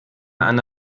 eine